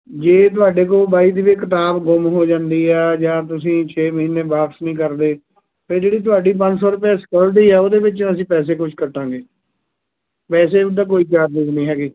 ਜੇ ਤੁਹਾਡੇ ਕੋਲ ਬਾਈ ਦੀ ਵੇਅ ਕਿਤਾਬ ਗੁੰਮ ਹੋ ਜਾਂਦੀ ਹੈ ਜਾਂ ਤੁਸੀਂ ਛੇ ਮਹੀਨੇ ਵਾਪਸ ਨਹੀਂ ਕਰਦੇ ਫੇਰ ਜਿਹੜੀ ਤੁਹਾਡੀ ਪੰਜ ਸੌ ਰੁਪਏ ਸਕਿਉਰਿਟੀ ਆ ਉਹਦੇ ਵਿੱਚ ਅਸੀਂ ਪੈਸੇ ਕੁਛ ਕੱਟਾਂਗੇ ਵੈਸੇ ਉੱਦਾਂ ਕੋਈ ਚਾਰਜਿਸ ਨਹੀਂ ਹੈਗੇ